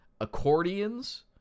accordions